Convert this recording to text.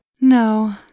No